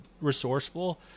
resourceful